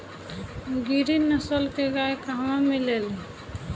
गिरी नस्ल के गाय कहवा मिले लि?